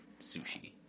sushi